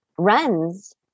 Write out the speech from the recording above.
runs